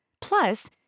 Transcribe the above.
Plus